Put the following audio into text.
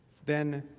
then